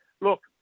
look